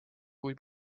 kui